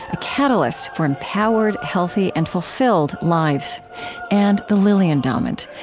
a catalyst for empowered, healthy, and fulfilled lives and the lilly endowment,